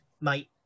mate